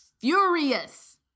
furious